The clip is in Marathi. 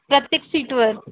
प्रत्येक सीटवर